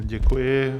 Děkuji.